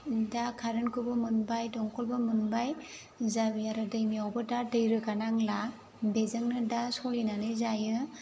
दा खारेनखौबो मोनबाय दंखलबो मोनबाय जाबाय आरो दैमायावबो दा दै रोगानांला बेजोंनो दा सलिनानै जायो